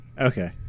Okay